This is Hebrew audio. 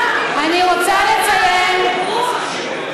אז מה, עם הכיבוש?